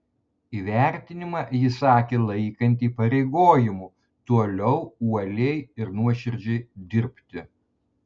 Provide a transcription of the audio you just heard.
įvertinimą ji sakė laikanti įpareigojimu toliau uoliai ir nuoširdžiai dirbti